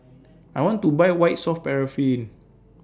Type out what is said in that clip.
I want to Buy White Soft Paraffin